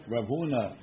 Ravuna